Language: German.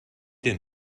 denn